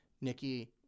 Nikki